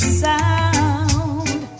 sound